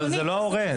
אבל זה לא ההורה.